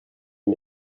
des